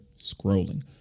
scrolling